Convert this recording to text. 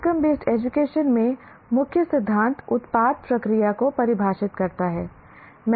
outcome based education में मुख्य सिद्धांत उत्पाद प्रक्रिया को परिभाषित करता है है